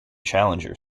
challenger